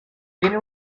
tiene